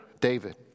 David